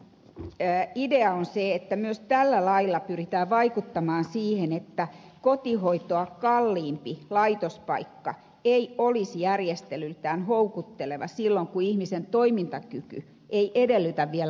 tässähän idea on se että myös tällä lailla pyritään vaikuttamaan siihen että kotihoitoa kalliimpi laitospaikka ei olisi järjestelyltään houkutteleva silloin kun ihmisen toimintakyky ei edellytä vielä laitoshoitoa